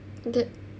the